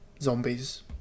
zombies